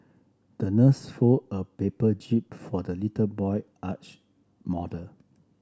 the nurse folded a paper jib for the little boy yacht model